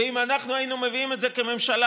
אם אנחנו היינו מביאים את זה כממשלה,